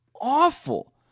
awful